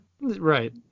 right